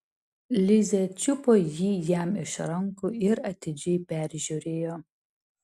lizė čiupo jį jam iš rankų ir atidžiai peržiūrėjo